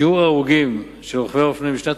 שיעור ההרוגים של רוכבי אופנועים בשנת